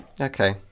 Okay